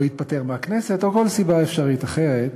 או התפטר מהכנסת, או כל סיבה אפשרית אחרת,